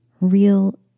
real